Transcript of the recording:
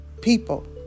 people